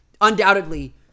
undoubtedly